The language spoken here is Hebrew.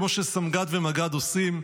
כמו שסמג"ד ומג"ד עושים.